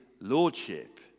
lordship